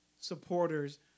supporters